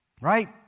Right